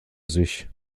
sich